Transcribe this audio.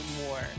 more